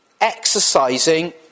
exercising